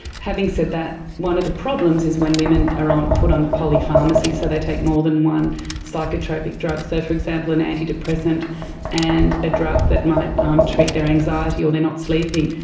having said that, one of the problems is when women are put on polypharmacy, so they take more than one psychotropic drug. so, for example, an antidepressant and a drug that might um treat their anxiety, or they're not sleeping,